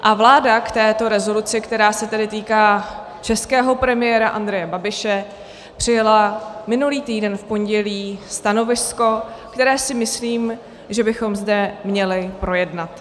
A vláda k této rezoluci, která se tedy týká českého premiéra Andreje Babiše, přijala minulý týden v pondělí stanovisko, které si myslím, že bychom zde měli projednat.